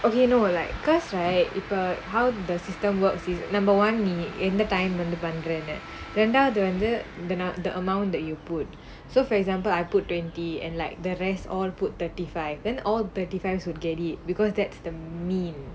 okay you know like because right about how the system works is number one நீ எந்த:nee entha time leh பண்ரேனு ரெண்டாவது வந்து:pandraenu rendaavathu vanthu the the amount that you put so for example I put twenty and like the rest all put thirty five then all the defence would get it because that's the mean